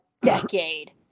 decade